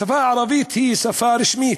השפה הערבית היא שפה רשמית,